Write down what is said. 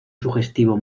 sugestivo